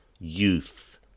youth